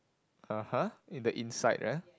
(uh huh) in the inside ah